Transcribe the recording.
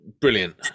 brilliant